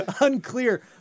unclear